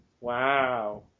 Wow